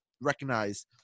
recognize